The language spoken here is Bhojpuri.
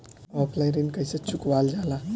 ऑफलाइन ऋण कइसे चुकवाल जाला?